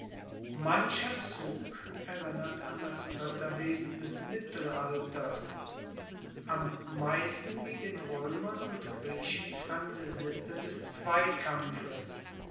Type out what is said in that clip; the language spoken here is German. mancher zug erinnert an das ritterwesen des mittelalters am meisten die den roemern und griechen fremde sitte des zweikampfes